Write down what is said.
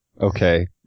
Okay